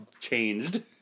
changed